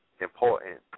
important